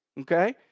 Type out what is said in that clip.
okay